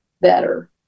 better